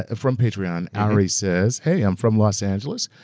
ah from patreon, ari says, hey i'm from los angeles.